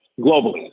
globally